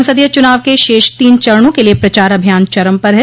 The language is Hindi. संसदीय चुनाव के शेष तीन चरणों के लिये प्रचार अभियान चरम पर है